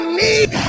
need